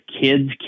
kids